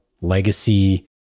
legacy